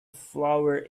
flower